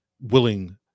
willing